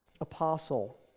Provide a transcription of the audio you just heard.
apostle